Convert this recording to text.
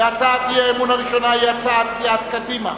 שהיא הצעת סיעת קדימה